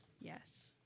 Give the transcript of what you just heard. Yes